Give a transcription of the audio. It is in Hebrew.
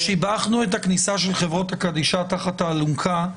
שיבחנו את הכניסה של חברות הקדישא תחת האלונקה,